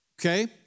okay